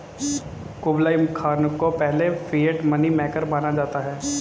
Kublai Khan को पहले fiat money maker माना जाता है